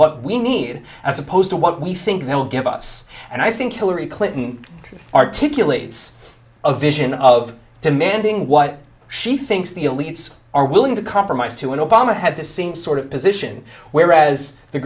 what we need as opposed to what we think that will give us and i think hillary clinton articulate a vision of demanding what she thinks the elites are willing to compromise to and obama had the same sort of position whereas the